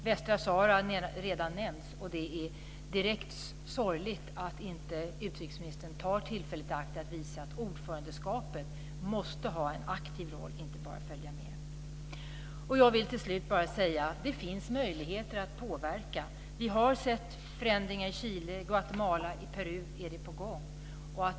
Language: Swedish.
Västsahara har redan nämnts, och det är direkt sorgligt att inte utrikesministern tar tillfället i akt att visa att man som ordförande måste ha en aktiv roll, inte bara följa med. Jag vill till slut bara säga att det finns möjligheter att påverka. Vi har sett förändringar i Chile och i Guatemala. I Peru är det på gång.